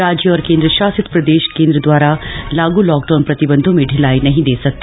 राज्य और केन्द्रशासित प्रदेश केन्द्र द्वारा लागू लॉकडाउन प्रतिबंधों में ढिलाई नहीं दे सकते